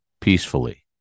peacefully